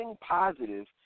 positive